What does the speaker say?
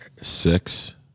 six